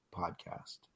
podcast